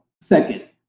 second